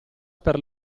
per